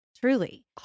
truly